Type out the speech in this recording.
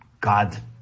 God